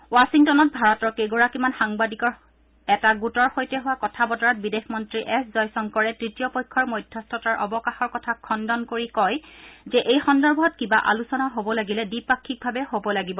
ৱাধিংটনত ভাৰতৰ কেইগৰাকীমান সাংবাদিকৰ এটা গোটৰ সৈতে হোৱা কথা বতৰাত বিদেশ মন্ত্ৰী এছ জয়শংকৰে তৃতীয় পক্ষৰ মধ্যস্থতাৰ অৱকাশৰ কথা খণ্ডন কৰি কয় যে এই সন্দৰ্ভত কিবা আলোচনা হ'ব লাগিলে দ্বিপাক্ষিকভাৱে হ'ব লাগিব